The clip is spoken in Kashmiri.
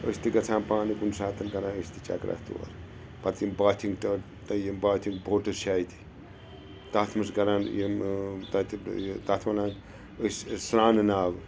أسۍ تہِ گَژھان پانہٕ کُنہِ ساتہٕ کَران أسۍ تہِ چَکرا تور پَتہٕ یِم باتھِنٛگ ٹَب تہ یِم باتھِنگ بوٹٕس چھِ اَتہِ تَتھ منٛز چھِ کَران یِم تَتہِ یہِ تَتھ وَنان أسۍ ٲسۍ سرٛانہٕ ناو